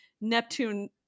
Neptune